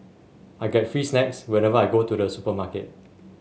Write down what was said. I get free snacks whenever I go to the supermarket